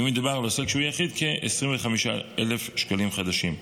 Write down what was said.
ואם מדובר בעוסק שהוא יחיד, כ-25,000 שקלים חדשים.